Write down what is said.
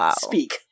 speak